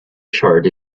chart